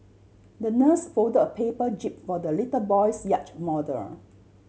the nurse fold a paper jib for the little boy's yacht model